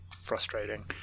frustrating